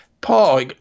Paul